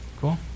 Cool